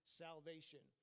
salvation